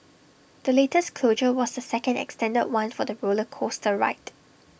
the latest closure was the second extended one for the roller coaster ride